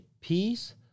peace